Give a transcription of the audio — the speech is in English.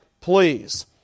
please